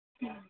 ம்